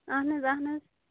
اہن حظ اہن حظ